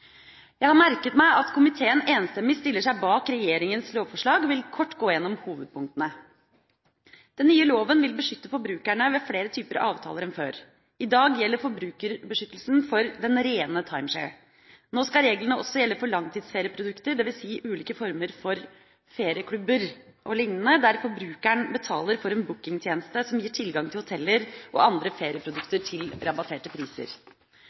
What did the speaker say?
Jeg har merket meg at komiteen enstemmig stiller seg bak regjeringas lovforslag, og vil kort gå gjennom hovedpunktene. Den nye loven vil beskytte forbrukerne ved flere typer avtaler enn før. I dag gjelder forbrukerbeskyttelsen for «den rene» timeshare. Nå skal reglene også gjelde for langtidsferieprodukter, dvs. ulike former for ferieklubber o.l. der forbrukeren betaler for en bookingtjeneste som gir tilgang til hoteller og andre ferieprodukter til rabatterte priser.